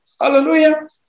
Hallelujah